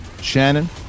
Shannon